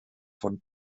von